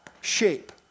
shape